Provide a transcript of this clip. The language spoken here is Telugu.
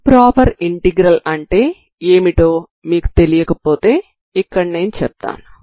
ఇంప్రొపర్ ఇంటిగ్రల్ అంటే ఏమిటో మీకు తెలియకపోతే ఇక్కడ నేను చెప్తాను